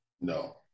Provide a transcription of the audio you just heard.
No